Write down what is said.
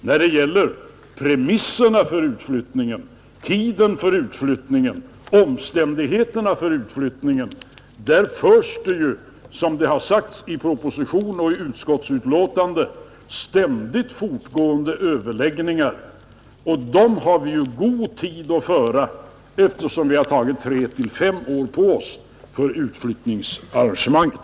När det gäller premisserna för utflyttningen, tiden för utflyttningen, omständigheterna kring utflyttningen förs det — som det har sagts i proposition och i utskottsbetänkandet — ständigt fortgående överläggningar, Och dem har vi ju god tid att föra eftersom vi har tagit tre till fem år på oss för utflyttningsarrangemangen.